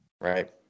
Right